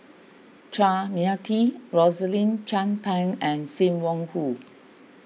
Chua Mia Tee Rosaline Chan Pang and Sim Wong Hoo